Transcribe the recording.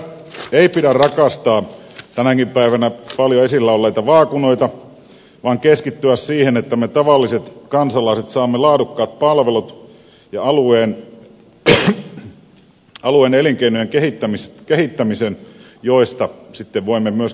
ei pidä rakastaa tänäkin päivän paljon esillä olleita vaakunoita vaan keskittyä siihen että me tavalliset kansalaiset saamme laadukkaat palvelut ja alueen elinkeinojen kehittämisen joista sitten voimme myöskin nauttia